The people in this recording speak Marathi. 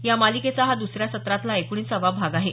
या मालिकेचा हा दुसऱ्या सत्रातला एकोणिसावा भाग आहे